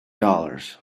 dollars